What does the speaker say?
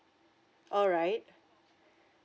alright